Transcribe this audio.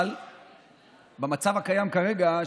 אבל במצב הקיים כרגע,